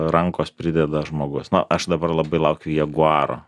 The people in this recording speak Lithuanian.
rankos prideda žmogus na aš dabar labai laukiu jaguaro